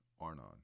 Arnon